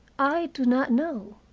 i do not know.